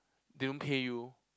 they won't pay you